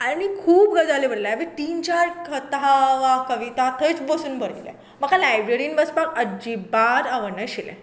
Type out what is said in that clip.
आनीक खूब गजाली बरयलां हांवें तीन चार कथा वा कविता थंयच बसून बरयलां म्हाका लायब्ररींत बसपाक अजिबात आवडनाशिल्ले